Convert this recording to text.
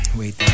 wait